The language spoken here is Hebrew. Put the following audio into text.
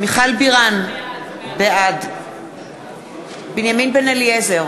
מיכל בירן, בעד בנימין בן-אליעזר,